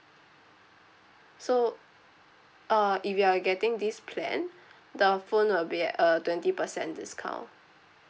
so uh if you are getting this plan the phone will be at a twenty percent discount